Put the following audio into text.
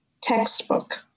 textbook